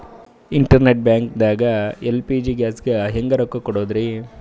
Internet banking ದಾಗ LPG ಗ್ಯಾಸ್ಗೆ ಹೆಂಗ್ ರೊಕ್ಕ ಕೊಡದ್ರಿ?